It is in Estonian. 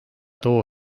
too